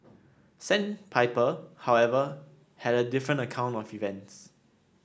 sandpiper however had a different account of events